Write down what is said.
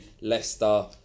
Leicester